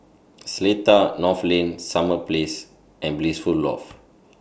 Seletar North Lane Summer Place and Blissful Loft